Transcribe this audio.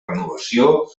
renovació